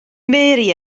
mary